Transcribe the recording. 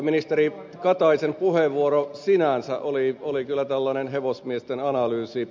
ministeri kataisen puheenvuoro sinänsä oli kyllä tällainen hevosmiesten analyysi